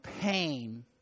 pain